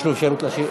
יש לו אפשרות להשיב?